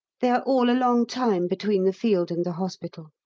they are all a long time between the field and the hospital.